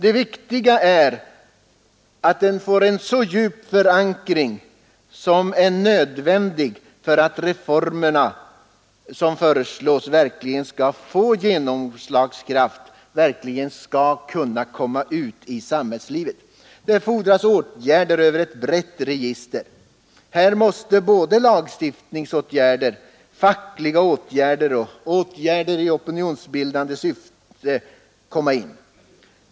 Det viktiga är att den får en så djup förankring som är nödvändig för att de reformer som föreslås verkligen skall ha genomslagskraft i samhällslivet. Det fordras åtgärder över ett brett register. Här måste lagstiftningsåtgärder, fackliga åtgärder och åtgärder i opinionsbildande syfte sättas in.